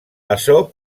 açò